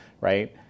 right